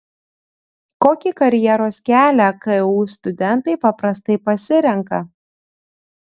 kokį karjeros kelią ku studentai paprastai pasirenka